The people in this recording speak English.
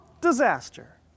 disaster